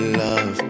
love